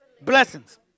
blessings